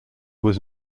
was